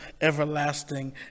everlasting